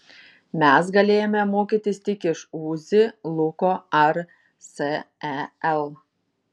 mes galėjome mokytis tik iš uzi luko ar sel